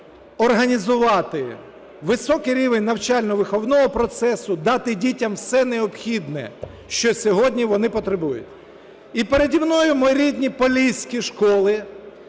організувати високий рівень навчально-виховного процесу, дати дітям все необхідне, що сьогодні вони потребують. І переді мною мої рідні поліські школи